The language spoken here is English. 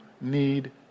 need